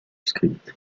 script